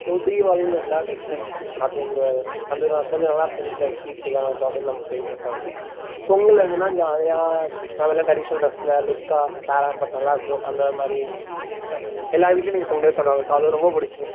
இப்போ தீவாளின்னு வந்தால் சில ஸ்வீட்ஸ் அது இந்த அந்த நல்லா கொஞ்சம் நல்லாருக்கும் வீட்டில ஸ்வீட் செய்வாங்க ஸோ அது நமக்கு இன்ட்ரெஸ்ட்டாக இருக்கும் பொங்கல் அதுன்னா ஜாலியாக நம்ம எல்லாம் ட்ரடிஷ்னல் ட்ரஸில் லுக்காக ஃபேராக பட் நல்லாருக்கும் அந்த மாரி எல்லார் வீட்லையும் அன்னைக்கு பொங்கல் பண்ணுவாங்க ஸோ அது ரொம்ப பிடிக்கும்